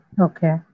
okay